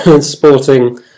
sporting